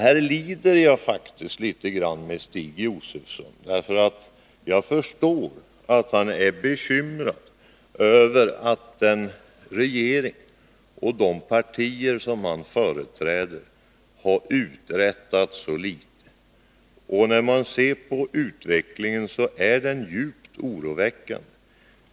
Här lider jag faktiskt litet grand med Stig 11 Riksdagens protokoll 1981/82:42-45 Josefson, därför att jag förstår att han är bekymrad över att den regering och de partier som han företräder har uträttat så litet. När man ser på utvecklingen konstaterar man att den är djupt oroväckande.